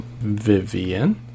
Vivian